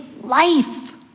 life